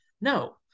No